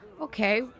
Okay